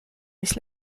mis